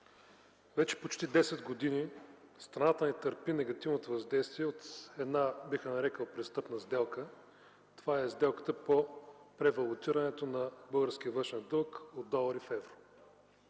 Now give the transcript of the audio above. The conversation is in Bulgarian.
вече почти 10 години страната ни търпи негативното въздействие от една, бих я нарекъл, престъпна сделка – по превалутирането на българския външен дълг от долари в евро.